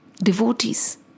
Devotees